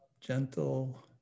gentle